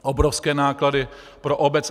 Obrovské náklady pro obec.